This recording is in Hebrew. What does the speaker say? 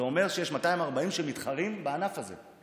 זה אומר שיש 240 שמתחרים בענף הזה.